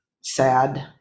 sad